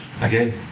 again